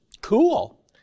cool